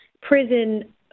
prison